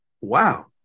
Wow